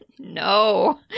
no